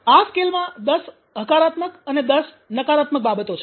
આ સ્કેલમાં દસ હકારાત્મક અને દસ નકારાત્મક બાબતો છે